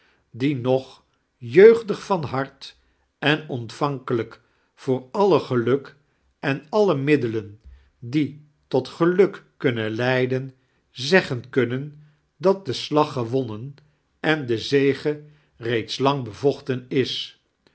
die niog jeoigdig van hart en ontvbnkelijk voor alle geluk en alle middelen die tot geluk kunnen leiden zeggen kunnen dat de slag gewonnen en de ziege reeds lang bevoehten is